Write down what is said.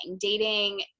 dating